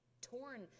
torn